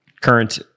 Current